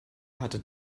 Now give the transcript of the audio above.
hatte